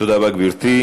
תודה רבה, גברתי.